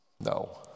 No